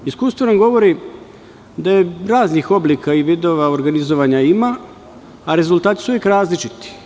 Iskustvo nam govori da raznih oblika i vidova organizovanja ima, a rezultati su uvek različiti.